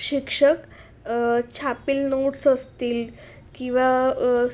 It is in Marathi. शिक्षक छापील नोट्स असतील किंवा